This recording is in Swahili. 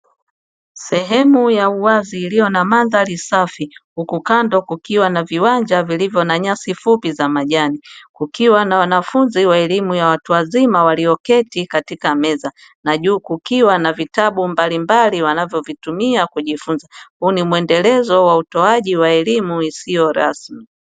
Sehemu ya wazi iliyo na mandhari safi, huku kando kukiwa na viwanja vilivyo na nyasi fupi za majani, kukiwa na wanafunzi wa elimu ya watu wazima walioketi katika meza, na juu kukiwa na vitabu mbalimbali wanavyovitumia kujifunza, huu ni mwendelezo wa utoaji wa elimu isiyo rasmi.